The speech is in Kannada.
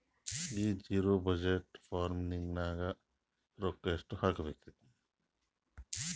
ಈ ಜಿರೊ ಬಜಟ್ ಫಾರ್ಮಿಂಗ್ ನಾಗ್ ರೊಕ್ಕ ಎಷ್ಟು ಹಾಕಬೇಕರಿ?